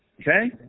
okay